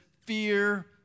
fear